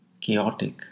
chaotic